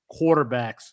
quarterbacks